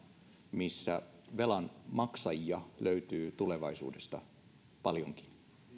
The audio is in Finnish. missä velan maksajia löytyy tulevaisuudessa paljonkin